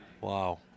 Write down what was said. wow